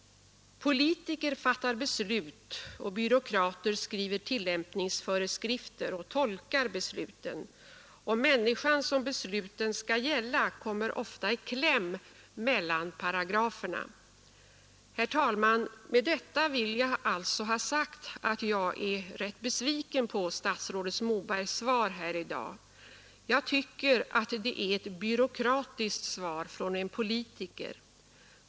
Politiker fattar beslut och byråkrater skriver tillämpningsföreskrifter och tolkar besluten. Människan som besluten skall gälla kommer ofta i kläm mellan paragraferna. Med detta vill jag alltså ha sagt, att jag är rätt besviken på statsrådet Mobergs svar i dag. Jag tycker det är byråkratiskt svar från en politiker.